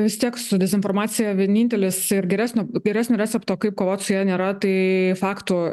vis tiek su dezinformacija vienintelis ir geresnio geresnio recepto kaip kovot su ja nėra tai faktų